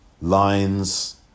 Lines